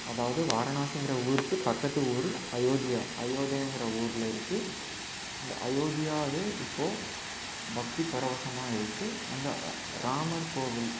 அதாவது வாரணாசிங்கிற ஊருக்கு பக்கத்து ஊர் அயோத்தியா அயோத்தியா என்ற ஊரில் இருக்குது இந்த அயோத்தியாவே இப்போது பக்தி பரவசமாக இருக்குது அந்த ராமர் கோவில்